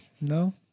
No